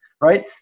right